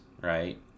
right